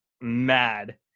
mad